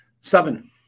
Seven